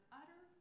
utter